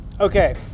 okay